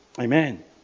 Amen